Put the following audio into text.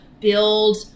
build